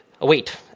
await